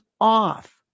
off